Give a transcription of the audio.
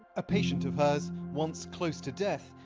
a patient of hers, once close to death,